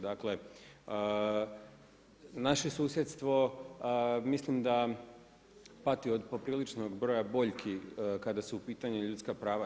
Dakle, naše susjedstvo mislim da pati od popriličnog broja boljki kada su u pitanju ljudska prava.